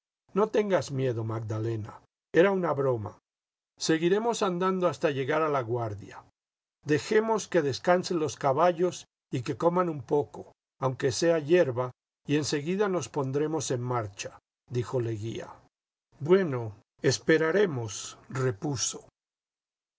no tengas miedo magdalena era una broma seguiremos andando hasta llegar a laguardia dejemos que descansen los caballos y que coman un poco aunque sea hierba y en seguida nos pondremos en marcha dijo leguía bueno esperaremos repuso